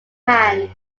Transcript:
hand